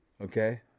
Okay